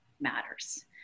matters